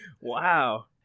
Wow